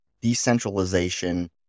decentralization